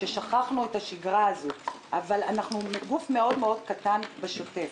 אנחנו גוף מאוד מאוד קטן בשוטף.